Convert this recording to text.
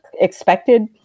expected